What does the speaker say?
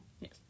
Yes